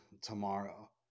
tomorrow